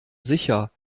sicher